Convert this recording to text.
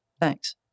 Thanks